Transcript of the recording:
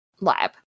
lab